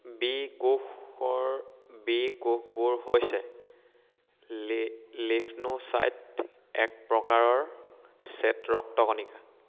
B কোষৰ B কোষবোৰ হৈছে লিম্ফোচাইট এক প্ৰকাৰৰ শ্বেত ৰক্তকণিকা